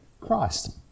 Christ